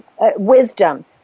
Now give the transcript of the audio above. wisdom